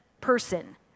person